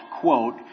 quote